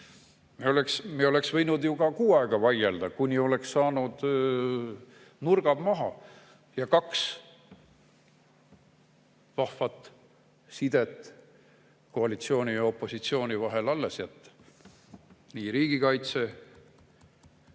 Me oleks võinud ju ka kuu aega vaielda, kuni oleks saanud nurgad maha ja kaks vahvat sidet koalitsiooni ja opositsiooni vahel alles jätta – nii riigikaitse